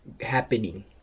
happening